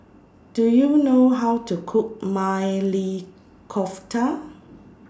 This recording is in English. Do YOU know How to Cook Maili Kofta